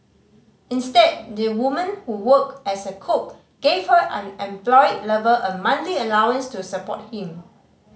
instead the woman who worked as a cook gave her unemployed lover a monthly allowance to support him